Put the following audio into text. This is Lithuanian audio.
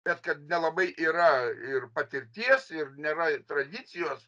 bet kad nelabai yra ir patirties ir nėra tradicijos